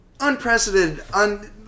unprecedented